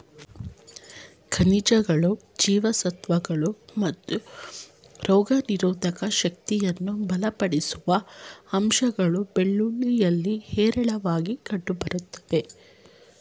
ಖನಿಜಗಳು ಜೀವಸತ್ವಗಳು ಮತ್ತು ರೋಗನಿರೋಧಕ ಶಕ್ತಿಯನ್ನು ಬಲಪಡಿಸುವ ಅಂಶಗಳು ಬೆಳ್ಳುಳ್ಳಿಯಲ್ಲಿ ಹೇರಳವಾಗಿ ಕಂಡುಬರ್ತವೆ